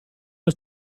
her